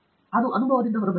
ಅದು ಅನುಭವದಿಂದ ಹೊರಬಂದಿದೆ